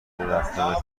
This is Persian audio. رفتنش